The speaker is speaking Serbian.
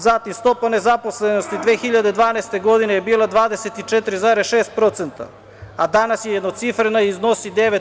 Zatim, stopa nezaposlenosti 2012. godine je bila 24,6%, a danas je jednocifrena i iznosi 9%